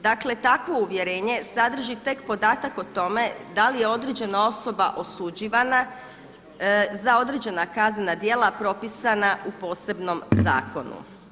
Dakle, takvo uvjerenje sadrži tek podatak o tome da li je određena osoba osuđivana za određena kaznena djela propisana u posebnom zakonu.